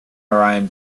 orion